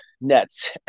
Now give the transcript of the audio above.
Nets